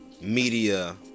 media